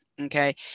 okay